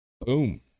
Boom